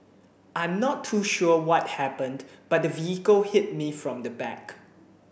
I am not too sure what happened but the vehicle hit me from the back